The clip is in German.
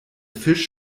fisch